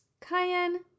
cayenne